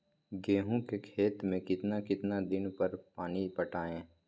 गेंहू के खेत मे कितना कितना दिन पर पानी पटाये?